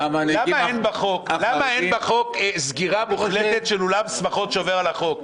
למה אין בחוק סגירה מוחלטת של אולם שמחות שעובר על החוק?